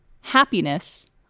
happiness